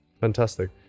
fantastic